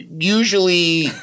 Usually